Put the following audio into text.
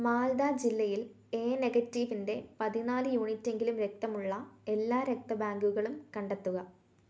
മാൽദ ജില്ലയിൽ എ നെഗറ്റീവിൻ്റെ പതിനാല് യൂണിറ്റെങ്കിലും രക്തമുള്ള എല്ലാ രക്തബാങ്കുകളും കണ്ടെത്തുക